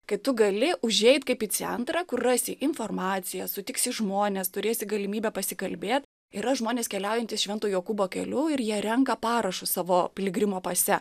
kai tu gali užeit kaip į centrą kur rasi informaciją sutiksi žmones turėsi galimybę pasikalbėt yra žmonės keliaujantys švento jokūbo keliu ir jie renka parašus savo piligrimo pase